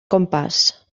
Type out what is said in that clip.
compàs